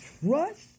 trust